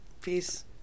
Peace